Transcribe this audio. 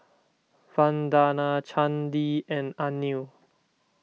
Vandana Chandi and Anil